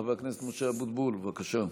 חבר הכנסת משה אבוטבול, בבקשה.